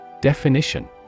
Definition